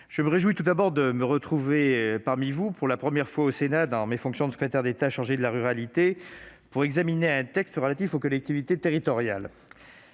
je me réjouis de me trouver parmi vous, pour la première fois au Sénat dans mes fonctions de secrétaire d'État chargé de la ruralité, pour examiner un texte relatif aux collectivités territoriales.